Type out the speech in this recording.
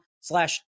slash